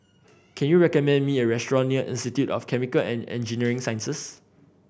can you recommend me a restaurant near Institute of Chemical and Engineering Sciences